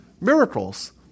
miracles